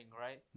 right